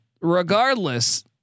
Regardless